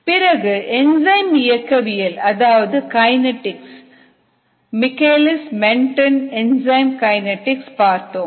பிறகு என்சைம் இயக்கவியல் அதாவது kinetics Michaelis Menten enzyme kinetics பார்த்தோம்